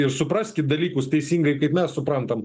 ir supraskit dalykus teisingai kaip mes suprantam